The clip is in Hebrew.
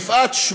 יפעת,